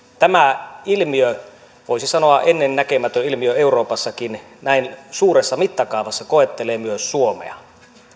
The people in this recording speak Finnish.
tämä ilmiö voisi sanoa ennennäkemätön ilmiö euroopassakin näin suuressa mittakaavassa koettelee myös suomea